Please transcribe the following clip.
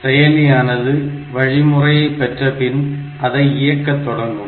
செயலியானது வழிமுறையை பெற்றபின் அதை இயக்க தொடங்கும்